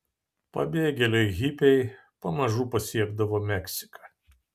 pabėgėliai hipiai pamažu pasiekdavo meksiką